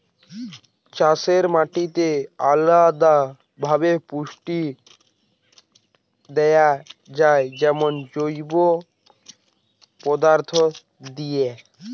চাষের মাটিতে আলদা ভাবে পুষ্টি দেয়া যায় যেমন জৈব পদার্থ দিয়ে